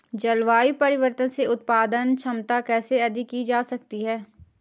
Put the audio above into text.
जलवायु परिवर्तन से उत्पादन क्षमता कैसे अधिक की जा सकती है?